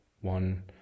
One